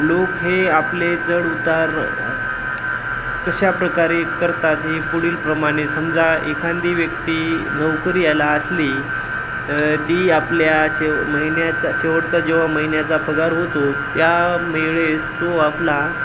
लोक हे आपले चढ उतार कशाप्रकारे करतात हे पुढीलप्रमाणे समजा एखादी व्यक्ती नोकरी याला असली तर ती आपल्या शेव महिन्याचा शेवटचा जेव्हा महिन्याचा पगार होतो त्यावेळेस तो आपला